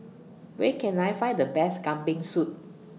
Where Can I Find The Best Kambing Soup